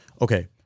Okay